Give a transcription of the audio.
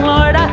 Lord